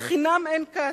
אין כסף.